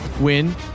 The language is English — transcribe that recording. win